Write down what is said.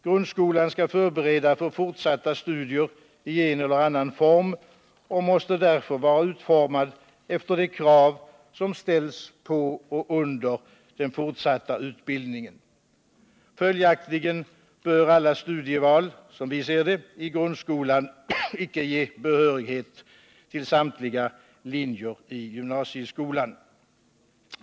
Grundskolan skall förbereda för fortsatta studier i en eller annan form och måste därför vara utformad efter de krav som ställs på och under den fortsatta utbildningen. Följaktligen bör alla studieval i grundskolan, som vi ser det, icke ge behörighet till samtliga linjer i gymnasieskolan.